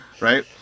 right